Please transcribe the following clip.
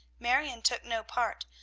marion took no part,